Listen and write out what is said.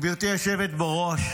גברתי היושבת בראש,